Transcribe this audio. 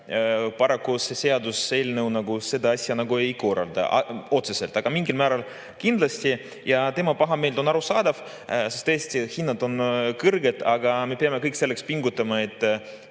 paraku see seaduseelnõu seda asja otseselt ei korralda, aga mingil määral kindlasti. Tema pahameel on arusaadav, sest tõesti, hinnad on kõrged, aga me peame kõik selleks pingutama, et